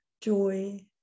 joy